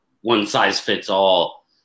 one-size-fits-all